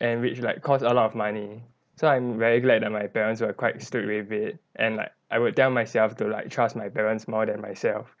and which like cost a lot of money so I'm very glad that my parents were quite strict with it and like I will tell myself to like trust my parents more than myself